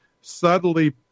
subtly